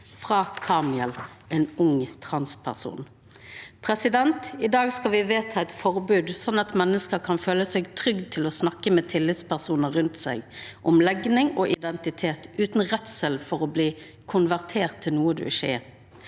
Fra Camiel en ung transperson» I dag skal me vedta eit forbod, slik at menneske kan føla seg trygge til å snakka med tillitspersonar rundt seg om legning og identitet utan redsel for å bli konverterte til noko ein ikkje er.